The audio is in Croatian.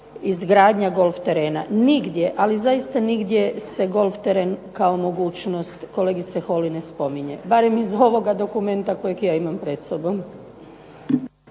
izgradnja golf terena. Nigdje, ali zaista nigdje se golf teren kao mogućnost ne spominje, barem ne iz ovoga dokumenta kojeg ja imam pred sobom.